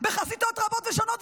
בחזיתות רבות ושונות,